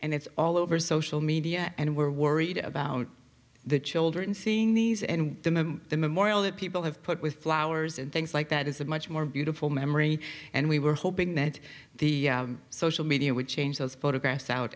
and it's all over social media and we're worried about the children seeing these and the memorial that people have put with flowers and things like that is a much more beautiful memory and we were hoping that the social media would change those photographs out